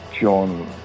John